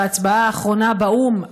בהצבעה האחרונה באו"ם,